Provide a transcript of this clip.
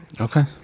Okay